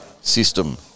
system